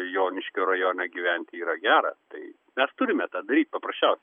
joniškio rajone gyventi yra gera tai mes turime tą daryti paprasčiausiai